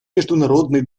международный